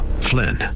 Flynn